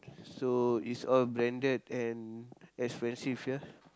so is all branded and expensive ya